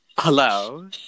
Hello